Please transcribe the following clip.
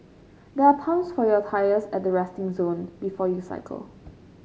there are pumps for your tyres at the resting zone before you cycle